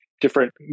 different